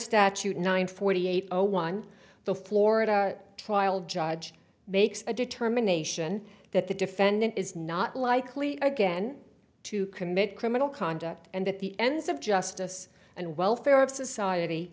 statute nine forty eight zero one the florida trial judge makes a determination that the defendant is not likely again to commit criminal conduct and that the ends of justice and welfare